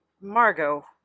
Margot